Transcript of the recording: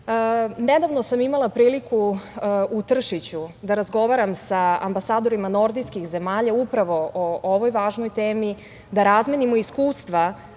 sam imala priliku u Tršiću da razgovaram sa ambasadorima nordijskih zemalja upravo o ovoj važnoj temi da razmenimo iskustva